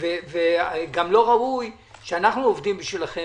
גם לא ראוי שאנחנו עובדים בשבילכם.